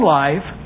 life